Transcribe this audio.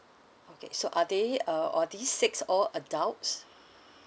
okay so are they uh all these six all adults